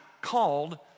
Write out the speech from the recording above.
called